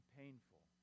painful